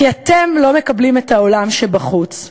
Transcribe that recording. כי אתם לא מקבלים את העולם שבחוץ.